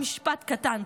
משפט קטן.